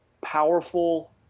powerful